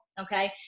Okay